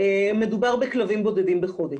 מדובר בכלבים בודדים בחודש.